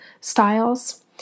styles